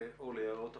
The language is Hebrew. אורלי, הערות אחרונות.